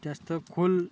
जास्त खुल